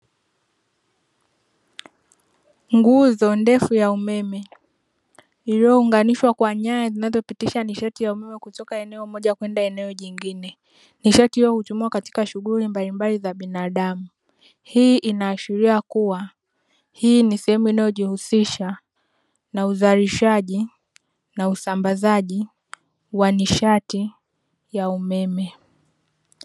Nguzo ndefu ya umeme iliyounganishwa kwa nyaya zinazopitisha nishati ya umeme kutoka eneo moja kwenda eneo jingine. Nishati hiyo hutumiwa katika shughuli mbalimbali za binadamu, hii inaashiria kuwa hii ni sehemu inayojihusisha na uzalishaji na usambazaji wa nishati wa umeme.